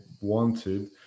wanted